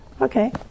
Okay